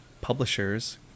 publishers